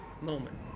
moment